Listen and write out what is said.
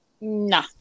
Nah